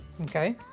okay